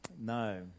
no